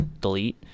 delete